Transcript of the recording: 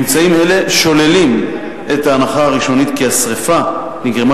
ממצאים אלה שוללים את ההנחה הראשונית כי השרפה נגרמה